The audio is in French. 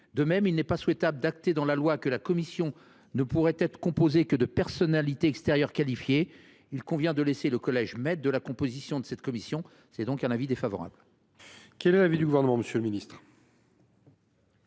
De même, il n’est pas souhaitable d’acter dans la loi que la commission ne pourrait être composée que de personnalités extérieures qualifiées, il convient de laisser le collège maître de la composition de cette commission. J’émets donc un avis défavorable. Quel est l’avis du Gouvernement ? Le Gouvernement